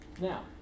Now